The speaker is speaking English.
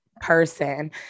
person